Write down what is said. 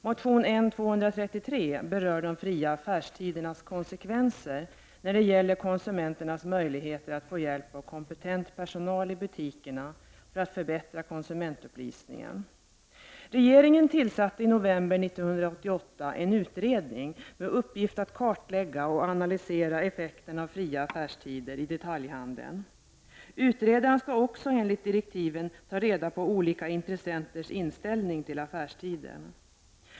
Motion N233 berör de fria affärstidernas konsekvenser för konsumenternas möjligheter att få hjälp av kompetent personal i butikerna för att förbättra konsumentupplysningen. Regeringen tillsatte i november 1988 en utredning med uppgift att kartlägga och analysera effekterna av fria affärstider i detaljhandeln. Utredaren skall också enligt direktiven ta reda på olika intressenters inställning till affärstiderna.